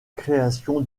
création